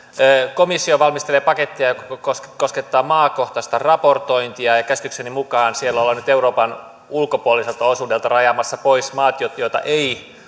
komissio valmistelee pakettia joka koskettaa maakohtaista raportointia ja ja käsitykseni mukaan siellä ollaan nyt euroopan ulkopuoliselta osuudelta rajaamassa pois maat joita joita ei